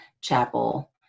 chapel